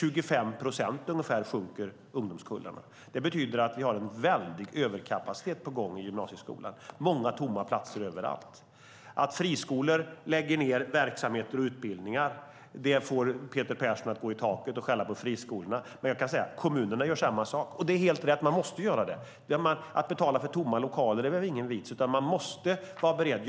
Ungdomskullarna blir ungefär 25 procent mindre. Det betyder att vi har en väldig överkapacitet på gång i gymnasieskolan. Det är många tomma platser överallt. Att friskolor lägger ned verksamheter och utbildningar får Peter Persson att gå i taket och skälla på friskolorna. Men kommunerna gör samma sak, och det är helt rätt. Man måste göra det. Det är ingen vits att betala för tomma lokaler, utan man måste vara beredd att göra det.